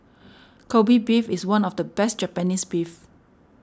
Kobe Beef is one of the best Japanese beef